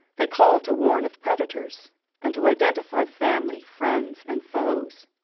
they call to warn of predators and to identify family, friends, and foes.